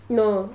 no